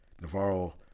Navarro